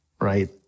right